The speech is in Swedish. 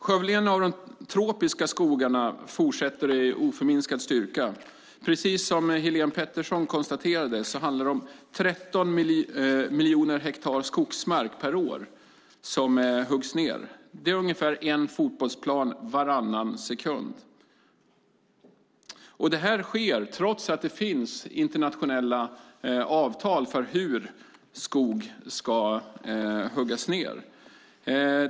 Skövlingen av de tropiska skogarna fortsätter med oförminskad styrka. Precis som Helén Pettersson konstaterade handlar det om 13 miljoner hektar skogsmark per år som huggs ned. Det är ungefär en fotbollsplan varannan sekund. Detta sker trots att det finns internationella avtal för hur skog ska huggas ned.